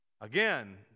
Again